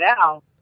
now